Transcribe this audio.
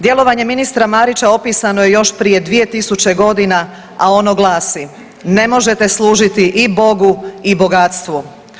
Djelovanje ministra Marića opisano je još prije 2000 godina, a ono glasi: „Ne možete služiti i Bogu i bogatstvu“